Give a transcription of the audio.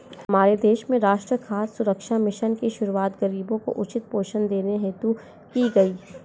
हमारे देश में राष्ट्रीय खाद्य सुरक्षा मिशन की शुरुआत गरीबों को उचित पोषण देने हेतु की गई